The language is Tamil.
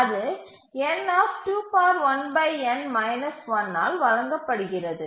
அது ஆல் வழங்கப்படுகிறது